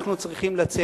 אנחנו צריכים לצאת.